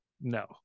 no